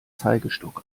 zeigestock